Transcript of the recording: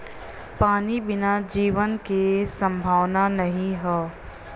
पानी बिना जीवन के संभावना नाही हौ